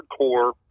hardcore